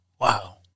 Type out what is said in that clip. Wow